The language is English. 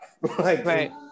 Right